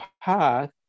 path